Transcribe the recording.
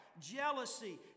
jealousy